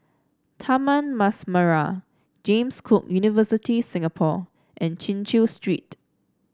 Taman Mas Merah James Cook University Singapore and Chin Chew Street